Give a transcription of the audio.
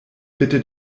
bitten